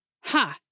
Ha